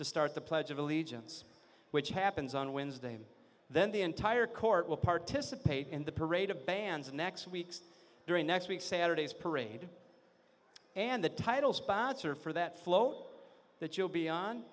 to start the pledge of allegiance which happens on wednesday and then the entire court will participate in the parade of bands and next weeks during next week saturday's parade and the title sponsor for that flow that you'll be on